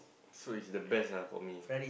so is the best ah for me